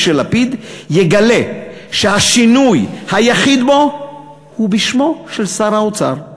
של לפיד יגלה שהשינוי היחיד בו הוא בשמו של שר האוצר.